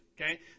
okay